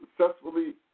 successfully